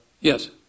yes